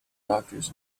doctors